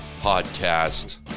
podcast